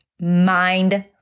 mind